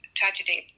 tragedy